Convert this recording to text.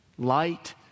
light